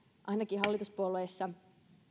ainakin hallituspuolueissa